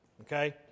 Okay